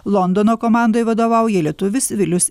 londono komandoj vadovauja lietuvis vilius